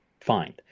find